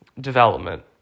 development